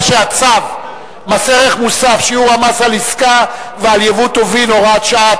בצו מס ערך מוסף (שיעור המס על עסקה ועל יבוא טובין) (הוראת שעה),